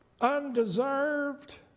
undeserved